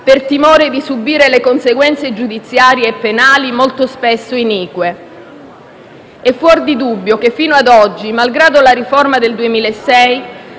per timore di subire le conseguenze giudiziarie e penali molto spesso inique. È fuor di dubbio che fino a oggi, malgrado la riforma del 2006,